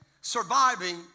surviving